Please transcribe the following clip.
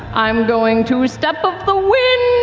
i'm going to step of the wind.